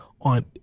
on